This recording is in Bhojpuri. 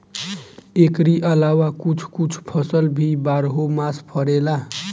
एकरी अलावा कुछ कुछ फल भी बारहो मास फरेला